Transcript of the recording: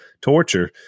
torture